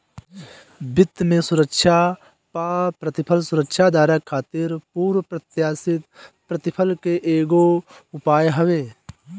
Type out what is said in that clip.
वित्त में सुरक्षा पअ प्रतिफल सुरक्षाधारक खातिर पूर्व प्रत्याशित प्रतिफल के एगो उपाय हवे